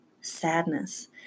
sadness